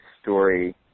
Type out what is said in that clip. story